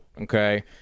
okay